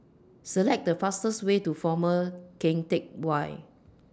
Select The fastest Way to Former Keng Teck Whay